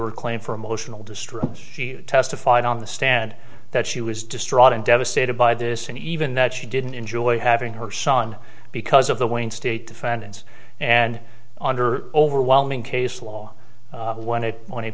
her claim for emotional distress she testified on the stand that she was distraught and devastated by this and even that she didn't enjoy having her son because of the wayne state defendants and under overwhelming case law when it when